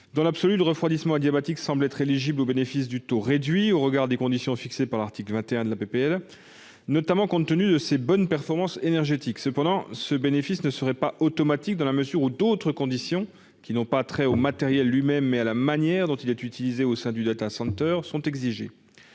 Dans l'absolu, le refroidissement adiabatique semble être éligible au bénéfice du taux réduit, au regard des conditions fixées par l'article 21 de la proposition de loi, notamment compte tenu de ses bonnes performances énergétiques. Cependant, ce bénéfice ne serait pas automatique dans la mesure où d'autres conditions, qui n'ont pas trait au matériel lui-même, mais à la manière dont il est utilisé au sein du, sont exigées.